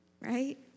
Right